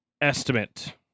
estimate